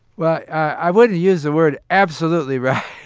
well, i wouldn't use the word absolutely right.